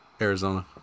Arizona